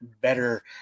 better